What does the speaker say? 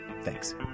thanks